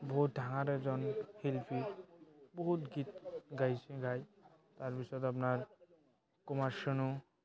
বহুত ডাঙৰ এজন শিল্পী বহুত গীত গাইছে গায় তাৰপিছত আপোনাৰ কুমাৰ চানু